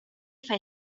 fai